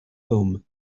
home